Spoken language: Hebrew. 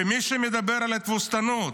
מי שמדבר על התבוסתנות.